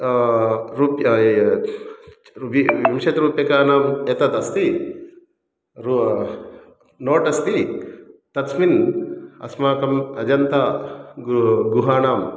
रूप्य वि विंशतिरूप्यकाणाम् एतदस्ति रू नोट् अस्ति तस्मिन् अस्माकम् अजन्ता गृ गुहाणां